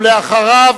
ואחריו